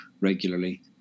regularly